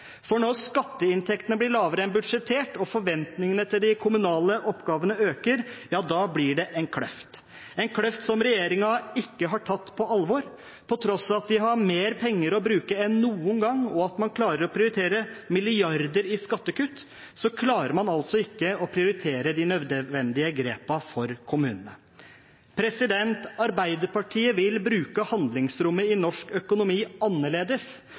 kommuneøkonomi. Når skatteinntektene blir lavere enn budsjettert og forventningene til de kommunale oppgavene øker, ja, da blir det en kløft – en kløft som regjeringen ikke har tatt på alvor. På tross av at de har mer penger å bruke enn noen gang, og at man klarer å prioritere milliarder i skattekutt, klarer man altså ikke å prioritere de nødvendige grepene for kommunene. Arbeiderpartiet vil bruke handlingsrommet i norsk økonomi annerledes